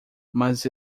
mas